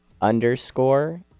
underscore